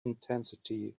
intensity